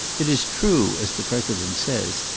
it is true, as the president says,